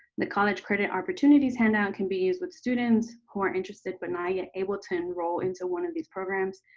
the college credit opportunities handout can be used with students who are interested but not yet able to enroll into one of these programs.